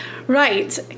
right